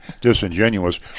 disingenuous